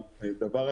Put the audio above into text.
זה דבר ראשון.